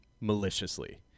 maliciously